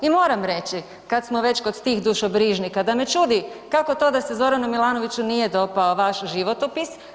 I moram reći kad smo već kod tih dušobrižnika, da me čudi kako to da se Zoranu Milanoviću nije dopao vaš životopis.